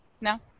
No